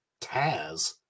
Taz